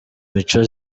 mico